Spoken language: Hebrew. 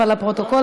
לפרוטוקול,